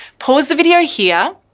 pause the video here,